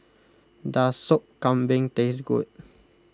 does Sop Kambing taste good